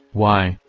why,